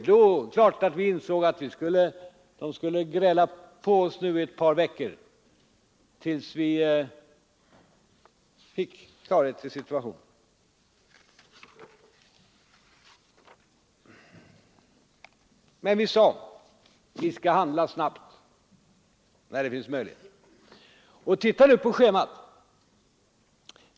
Det är klart att vi insåg att man skulle gräla på oss ett par veckor tills vi fick klarhet i situationen, men vi sade: Vi skall handla snabbt när det finns möjlighet. Och titta nu på schemat!